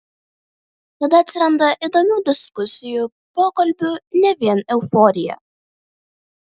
tada atsiranda įdomių diskusijų pokalbių ne vien euforija